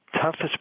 toughest